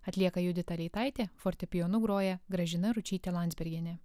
atlieka judita leitaitė fortepijonu groja gražina ručytė landsbergienė